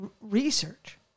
research